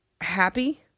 happy